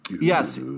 Yes